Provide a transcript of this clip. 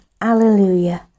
Alleluia